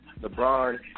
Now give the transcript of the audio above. LeBron